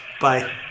bye